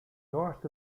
north